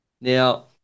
Now